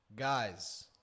Guys